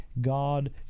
God